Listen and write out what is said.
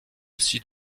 aussi